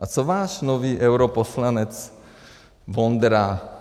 A co váš nový europoslanec Vondra?